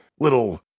little